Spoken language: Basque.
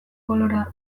polora